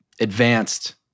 advanced